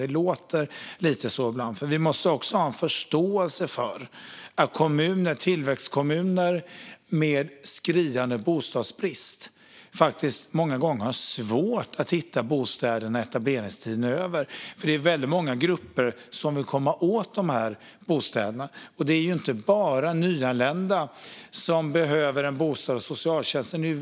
Det låter lite så ibland. Vi måste ha förståelse för att tillväxtkommuner med skriande bostadsbrist många gånger har svårt att hitta bostäder när etableringstiden är över. Många grupper vill ju komma åt bostäderna. Det är inte bara nyanlända som behöver en bostad från socialtjänsten.